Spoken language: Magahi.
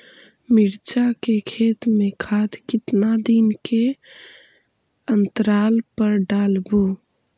मिरचा के खेत मे खाद कितना दीन के अनतराल पर डालेबु?